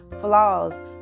flaws